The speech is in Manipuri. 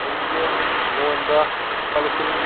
ꯔꯧꯁꯦ ꯃꯣꯟꯗ ꯂꯨꯄꯥ ꯂꯤꯁꯤꯡ